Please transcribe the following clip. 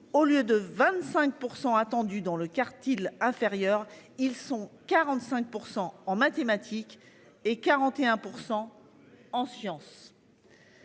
Au lieu de 25% attendus dans le quartier inférieurs, ils sont 45% en mathématiques et 41% ancien.